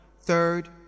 Third